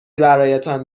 برایتان